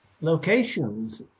locations